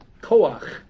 koach